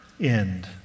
end